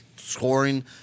scoring